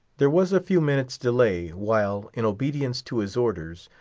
there was a few minutes' delay, while, in obedience to his orders,